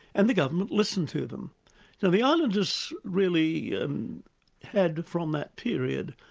and the government listened to them. so the islanders really um had from that period,